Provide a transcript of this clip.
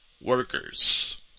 workers